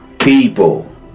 people